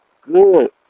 good